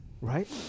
Right